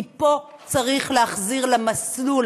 כי פה צריך להחזיר למסלול,